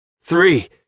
Three